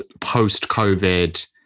post-Covid